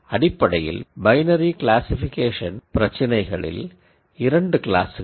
அடிப்படையில்பைனரி classification பிரச்சினைகளில் இரண்டு கிளாஸ்கள்